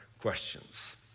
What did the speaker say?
questions